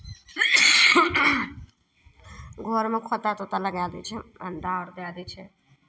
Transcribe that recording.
घरमे खोता तोता लगा दै छै अंडा अर दए दै छै